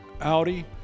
Audi